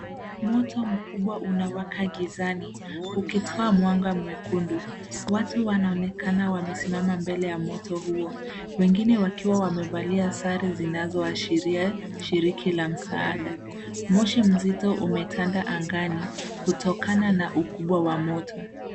Moto mkubwa unawaka gizani ukitoa mwanga mwekundu. Watu wanaonekana wamesimama mbele ya moto huo, wengine wakiwa wamevalia sare zinazoashiria shirika la msaada. Moshi mzito umetanda angani kutokana na ukubwa wa moto.